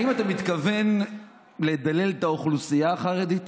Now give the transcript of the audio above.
האם אתה מתכוון לדלל את האוכלוסייה החרדית?